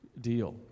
deal